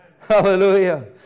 Hallelujah